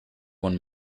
one